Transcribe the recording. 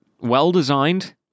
well-designed